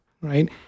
right